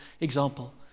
example